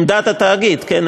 עמדת התאגיד, כן?